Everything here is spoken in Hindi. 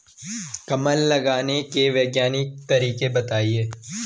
कमल लगाने के वैज्ञानिक तरीके बताएं?